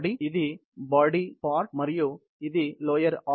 ఇది body part మరియు ఇది లోయర్ ఆర్మ్ అని చెప్పండి